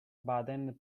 baden